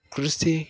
କୃଷି